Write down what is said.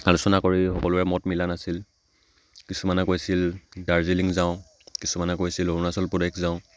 আলোচনা কৰি সকলোৰে মত মিলা নাছিল কিছুমানে কৈছিল দাৰ্জিলিং যাওঁ কিছুমানে কৈছিল অৰুণাচল প্ৰদেশ যাওঁ